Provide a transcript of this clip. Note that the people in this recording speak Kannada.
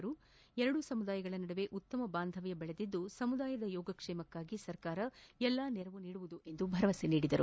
ಟಿಬೆಟ್ ಮತ್ತು ಭಾರತೀಯ ಎರಡೂ ಸಮುದಾಯಗಳ ನಡುವೆ ಉತ್ತಮ ಬಾಂಧವ್ಯ ಬೆಳೆದಿದ್ದು ಸಮುದಾಯದ ಯೋಗಕ್ಷೇಮಕ್ಕಾಗಿ ಸರ್ಕಾರ ಎಲ್ಲಾ ನೆರವು ನೀಡಲಿದೆ ಎಂದು ಭರವಸೆ ನೀಡಿದರು